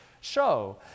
show